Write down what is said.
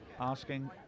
asking